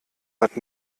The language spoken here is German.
hat